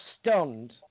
stunned